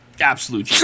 Absolute